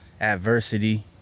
adversity